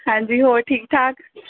ਹਾਂਜੀ ਹੋਰ ਠੀਕ ਠਾਕ